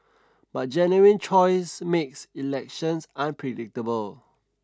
but genuine choice makes elections unpredictable